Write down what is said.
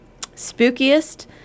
spookiest